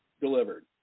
delivered